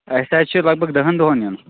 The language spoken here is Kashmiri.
اَسہِ حظ چھِ لگ بگ دَہن دۄہَن یُن